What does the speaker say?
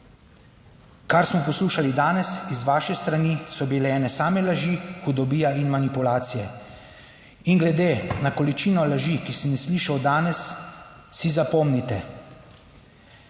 Kar smo poslušali danes iz vaše strani so bile ene same laži, hudobija in manipulacije. In glede na količino laži, ki sem jih slišal danes, si zapomnite,